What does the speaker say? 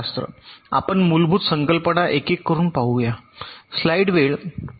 आपण मूलभूत संकल्पना एकेक करून पाहूया